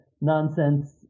nonsense